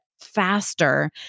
faster